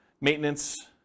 maintenance